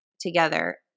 together